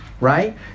right